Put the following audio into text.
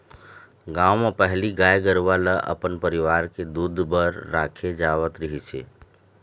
गाँव म पहिली गाय गरूवा ल अपन परिवार के दूद बर राखे जावत रहिस हे